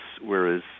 whereas